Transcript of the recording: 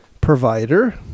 provider